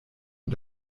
und